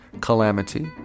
Calamity